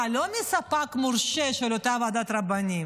לא מספק מורשה של אותה ועדת רבנים